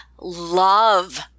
love